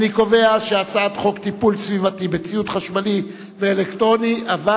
אני קובע שהצעת חוק לטיפול סביבתי בציוד חשמלי ואלקטרוני ובסוללות